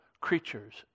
creatures